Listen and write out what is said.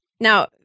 Now